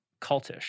cultish